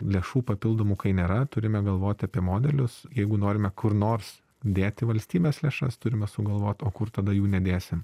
lėšų papildomų kai nėra turime galvot apie modelius jeigu norime kur nors dėti valstybės lėšas turime sugalvot o kur tada jų nedėsim